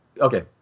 Okay